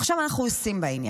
עכשיו, מה אנחנו עושים בעניין?